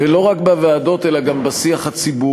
ולא רק בוועדות אלא גם בשיח הציבורי,